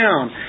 down